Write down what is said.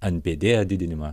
npd didinimą